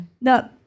No